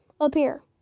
appear